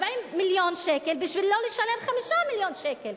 מיליון שקל בשביל לא לשלם 5 מיליון שקל.